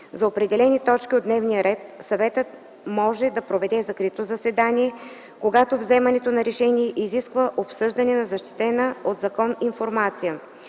За определени точки от дневния ред Съветът може да проведе закрито заседание, когато вземането на решение изисква обсъждане на защитена от закон информация.